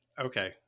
okay